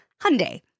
Hyundai